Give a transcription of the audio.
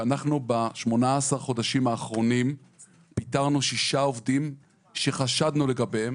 שאנחנו ב-18 חודשים האחרונים פיטרנו שישה עובדים שחשדנו לגביהם